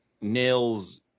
Nails